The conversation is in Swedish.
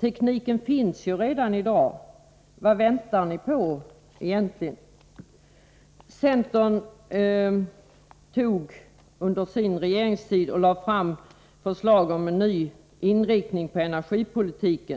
Tekniken finns ju redan i dag. Vad väntar ni på egentligen? Centern lade under sin regeringstid fram förslag om en ny inriktning av energipolitiken.